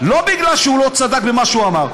לא כי הוא לא צדק במה שהוא אמר,